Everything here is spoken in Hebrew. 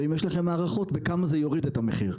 והאם יש לכם הערכות בכמה זה יוריד את המחיר?